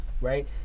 right